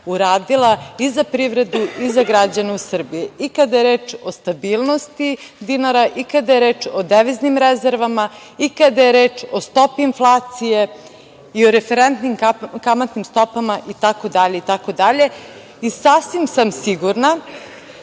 uradila i za privredu i za građane u Srbiji i kada je reč o stabilnosti dinara, i kada je reč o deviznim rezervama, i kada je reč o stopi inflacije, i o referentnim kamatnim stopama itd. Sasvim sam sigurna